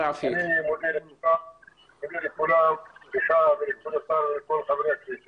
אני הצגתי מזווית ראייה שלי כחבר מועצה וגם כרופא ילדים מיישוב אום